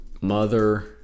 Mother